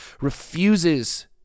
refuses